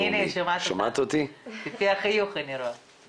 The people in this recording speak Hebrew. ואני ציינתי בתחילת דבריי, שבעצם ביטוח לאומי,